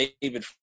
David